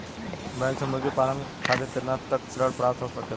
Bank से मुर्गी पालन खातिर कितना तक ऋण प्राप्त हो सकेला?